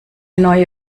neue